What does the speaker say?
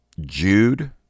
Jude